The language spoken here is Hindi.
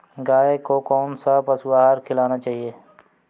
गाय को कौन सा पशु आहार खिलाना चाहिए?